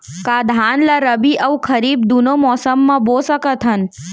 का धान ला रबि अऊ खरीफ दूनो मौसम मा बो सकत हन?